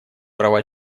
права